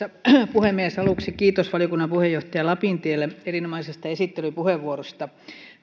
puhemies aluksi kiitos valiokunnan puheenjohtajalle lapintielle erinomaisesta esittelypuheenvuorosta